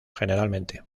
generalmente